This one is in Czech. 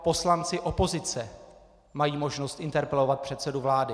Poslanci opozice mají možnost interpelovat předsedu vlády.